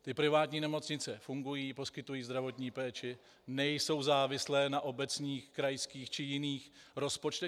Ty privátní nemocnice fungují, poskytují zdravotní péči, nejsou závislé na obecních, krajských či jiných rozpočtech.